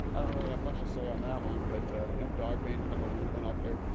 i don't have much to say on that one. but hemp dogbane kind of a weird one out there.